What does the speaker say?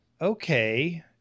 okay